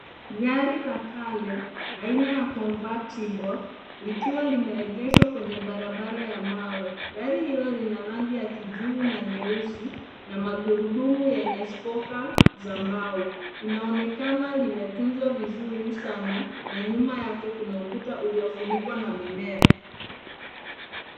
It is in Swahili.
Gari la kale aina ya "convertible" likiwa limeegeshwa kwenye barabara ya mawe. Gari hilo lina rangi ya kijivu na nyeusi na magurudumu yenye spoka za mbao. Linaonekana limetunzwa izuri sana sana na nyuma yake kuna ukuta uliofunikwa na mimea.